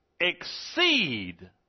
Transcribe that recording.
exceed